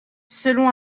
selon